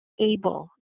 able